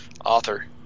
author